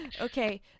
Okay